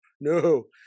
no